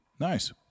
Nice